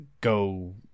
Go